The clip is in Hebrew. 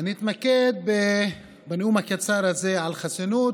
אני אתמקד בנאום הקצר הזה בחסינות,